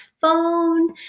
phone